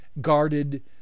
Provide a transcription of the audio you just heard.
guarded